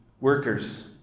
workers